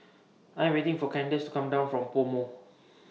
I Am waiting For Kandace to Come down from Pomo